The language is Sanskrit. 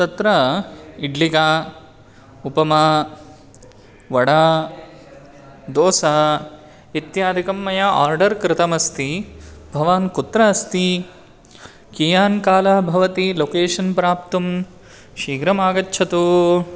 तत्र इड्लिका उपमा वडा दोसा इत्यादिकं मया आर्डर् कृतमस्ति भवान् कुत्र अस्ति कियान् कालः भवति लोकेशन् प्राप्तुं शीघ्रमागच्छतु